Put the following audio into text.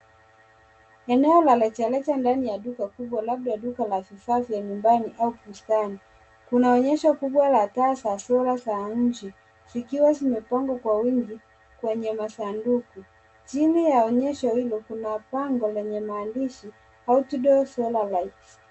Eneo la rejareja ndani ya duka kubwa labda duka la vifaa vya nyumbani au bustani. Kuna onyesho kubwa la taa za sura za nchi zikiwa zimepangwa kwa wingi kwenye masanduku. Chini ya onyesho hilo ,kuna bango lenye maandihsi outdoor solar lights .